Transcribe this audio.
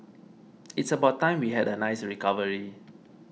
it's about time we had a nice recovery